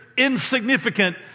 insignificant